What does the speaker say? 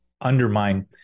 undermine